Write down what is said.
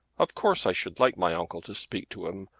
of course i should like my uncle to speak to him,